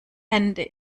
hände